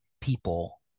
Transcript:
people